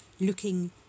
looking